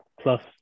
plus